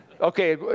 Okay